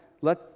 let